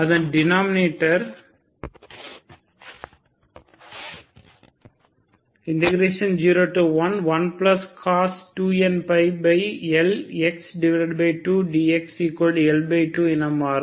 அந்த denominator 0L1cos 2nπLx 2dxL2 என மாறும்